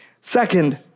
Second